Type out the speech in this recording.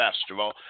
festival